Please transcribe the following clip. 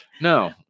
No